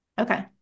Okay